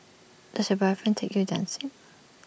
does your boyfriend take you dancing